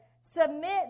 submit